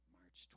march